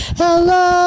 Hello